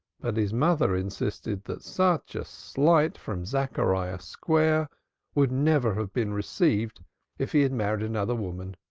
but his mother insisted that such a slight from zachariah square would never have been received if he had married another woman,